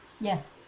Yes